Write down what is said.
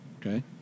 Okay